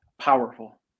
powerful